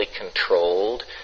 controlled